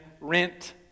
rent